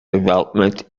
development